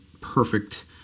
perfect